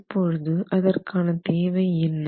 இப்போது அதற்கான தேவை என்ன